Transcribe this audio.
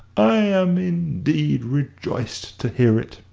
i am indeed rejoiced to hear it,